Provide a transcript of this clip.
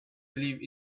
believe